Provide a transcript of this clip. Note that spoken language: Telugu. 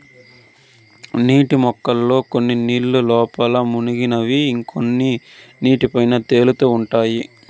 నీటి మొక్కల్లో కొన్ని నీళ్ళ లోపల మునిగినవి ఇంకొన్ని నీటి పైన తేలుతా ఉంటాయి